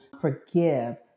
forgive